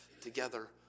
together